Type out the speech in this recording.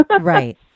Right